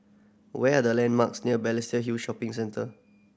where are the landmarks near Balestier Hill Shopping Centre